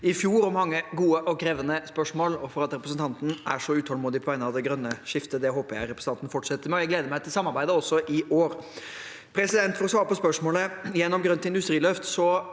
i fjor om mange gode og krevende spørsmål og for at representanten er så utålmodig på vegne av det grønne skiftet. Det håper jeg representanten fortsetter med. Jeg gleder meg til samarbeidet også i år. For å svare på spørsmålet: Gjennom grønt industriløft